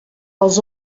els